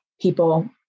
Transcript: people